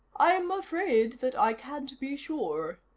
i'm afraid that i can't be sure,